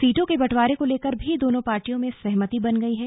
सीटों के बंटवारे को लेकर भी दोनों पार्टियों में सहमति बन गई है